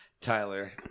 Tyler